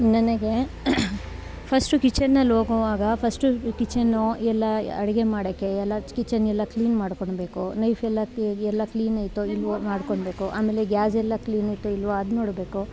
ನನಗೆ ಫಶ್ಟು ಕಿಚನಲ್ಲಿ ಹೋಗುವಾಗ ಫಶ್ಟು ಕಿಚನ್ನೂ ಎಲ್ಲ ಅಡುಗೆ ಮಾಡೋಕ್ಕೆ ಎಲ್ಲ ಕಿಚನ್ ಎಲ್ಲ ಕ್ಲೀನ್ ಮಾಡ್ಕೋಳ್ಬೇಕು ನೈಫೆಲ್ಲ ಎಲ್ಲ ಕ್ಲೀನ್ ಐತೊ ಇಲ್ವೋ ಮಾಡ್ಕೋಳ್ಬೇಕು ಆಮೇಲೆ ಗ್ಯಾಸೆಲ್ಲ ಕ್ಲೀನ್ ಐತೊ ಇಲ್ವೋ ಅದು ನೋಡಬೇಕು